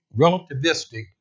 relativistic